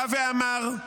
אתה